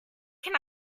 can